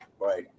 Right